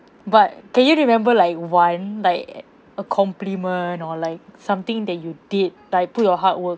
but can you remember like one like a compliment or like something that you did like put your hard work